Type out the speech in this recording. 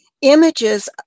images